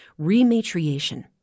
rematriation